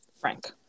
Frank